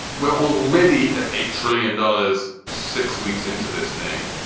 we're already at a trillion dollars, six weeks into this thing.